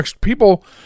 people